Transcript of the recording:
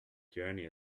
journey